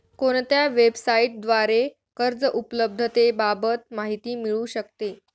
कोणत्या वेबसाईटद्वारे कर्ज उपलब्धतेबाबत माहिती मिळू शकते?